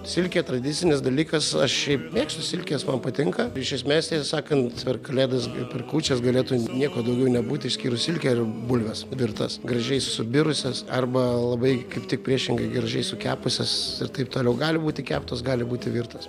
silkė tradicinis dalykas aš šiaip mėgstu silkės man patinka iš esmės tiesą sakant per kalėdas ir per kūčias galėtų nieko daugiau nebūti išskyrus silkę ir bulves virtas gražiai subirusias arba labai kaip tik priešingai gražiai sukepusias ir taip toliau gali būti keptos gali būti virtos